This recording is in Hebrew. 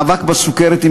מאבק בסוכרת,